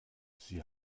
sie